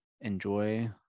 enjoy